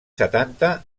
setanta